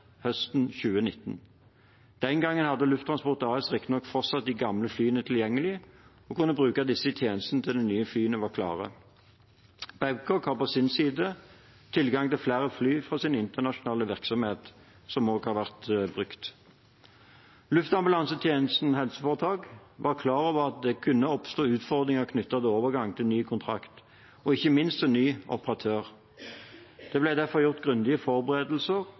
høsten 2019. Den gang hadde Lufttransport AS riktignok fortsatt de gamle flyene tilgjengelig og kunne bruke disse i tjenesten til de nye flyene var klare. Babcock har på sin side tilgang til flere fly fra sin internasjonale virksomhet, som også har vært brukt. Luftambulansetjenesten HF var klar over at det kunne oppstå utfordringer knyttet til overgang til ny kontrakt og ikke minst til ny operatør. Det ble derfor gjort grundige forberedelser,